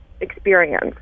experience